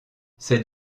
c’est